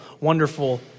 wonderful